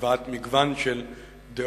הבאת מגוון של דעות